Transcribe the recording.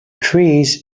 trees